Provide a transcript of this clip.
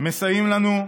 מסייעים לנו,